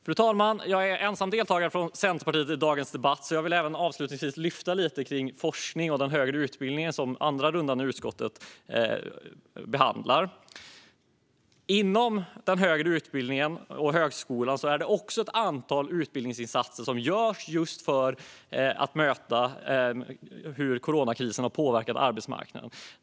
Fru talman! Jag är ensam deltagare från Centerpartiet i denna debatt. Jag vill därför avslutningsvis tala lite om forskning och högre utbildning, som den andra rundan i utskottet behandlar. Inom den högre utbildningen och högskolan görs också ett antal utbildningsinsatser just för att möta hur coronakrisen har påverkat arbetsmarknaden.